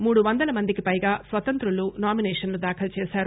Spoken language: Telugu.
మూడు వందల మందికి పైగా స్వతంత్రులూ నామిసేషన్లు దాఖలు చేశారు